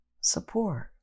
support